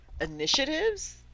initiatives